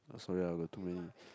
oh sorry I got too many